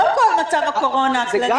לא כל מצב הקורונה הכללי,